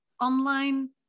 online